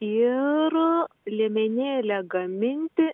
ir liemenėlę gaminti